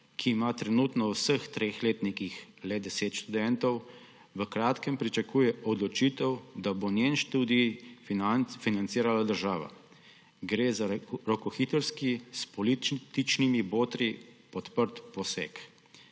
ki ima trenutno v vseh treh letnikih le 10 študentov, v kratkem pričakuje odločitev, da bo njen študij financirala država; gre za rokohitrski, s političnimi botri podprt poseg.«